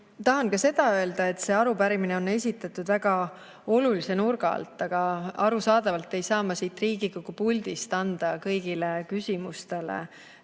tahan ka seda öelda, et see arupärimine on esitatud väga olulise nurga alt, aga arusaadavalt ei saa ma siit Riigikogu puldist anda kõigile küsimustele